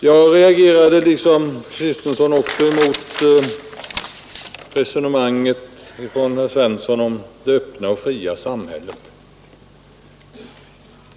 Jag reagerade liksom fru Kristensson mot herr Svenssons resonemang om det öppna och fria samhället.